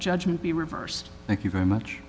judgment be reversed thank you very much